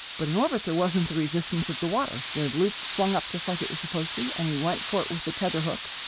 but in orbit, there wasn't the resistance of the water the loop swung up just like it was supposed to and he went for it with the tether hook.